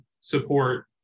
support